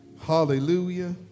Hallelujah